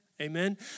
amen